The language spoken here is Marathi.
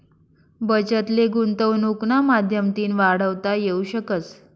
बचत ले गुंतवनुकना माध्यमतीन वाढवता येवू शकस